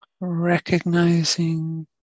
recognizing